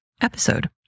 episode